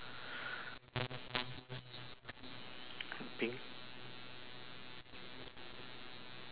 pink